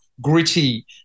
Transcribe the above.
gritty